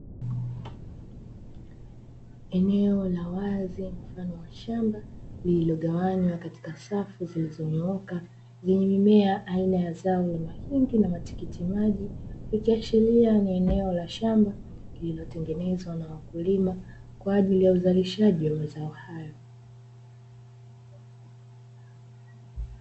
Eneo la wazi mfano wa shamba, lililogawanywa katika safu zilizonyooka; zenye mimea aina ya zao la mahindi na matikiti maji, ikiashiria ni eneo la shamba lililotengenezwa na wakulima, kwa ajili ya uzalishaji wa mazao hayo.